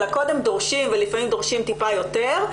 אלא קודם דורשים ולפעמים דורשים טיפה יותר,